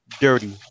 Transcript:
dirty